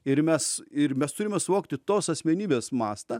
ir mes ir mes turime suvokti tos asmenybės mastą